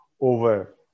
over